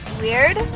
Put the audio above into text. Weird